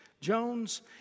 Jones